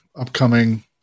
upcoming